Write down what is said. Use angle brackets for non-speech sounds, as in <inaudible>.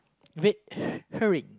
Vic <breath> Hary